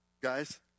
guys